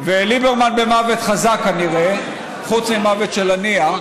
וליברמן במוות חזק כנראה, חוץ ממוות של הנייה,